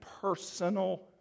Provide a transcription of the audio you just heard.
personal